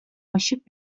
ачып